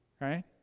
Right